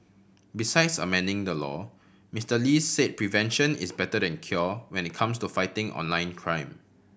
besides amending the law Mister Lee said prevention is better than cure when it comes to fighting online crime